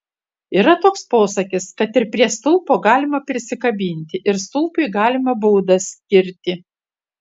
yra toks posakis kad ir prie stulpo galima prisikabinti ir stulpui galima baudą skirti